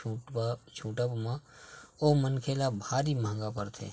छूटब म ओ मनखे ल भारी महंगा पड़थे